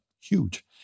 Huge